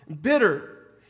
bitter